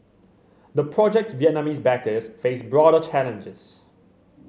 the project's Vietnamese backers face broader challenges